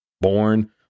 born